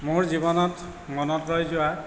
মোৰ জীৱনত মনত ৰৈ যোৱা